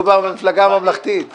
הוא במפלגה הממלכתית.